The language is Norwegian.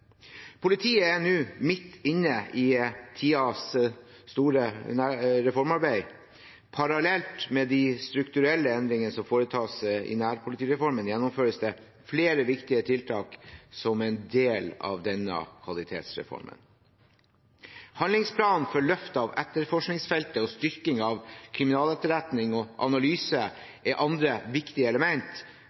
Politiet er nå midt inne i tidens store reformarbeid. Parallelt med de strukturelle endringene som foretas i nærpolitireformen, gjennomføres det flere viktige tiltak som en del av denne kvalitetsreformen. Handlingsplanen for løft av etterforskningsfeltet og styrking av kriminaletterretning og analyse er andre viktige